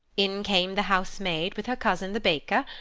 in came the housemaid, with her cousin, the baker.